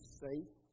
safe